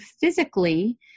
physically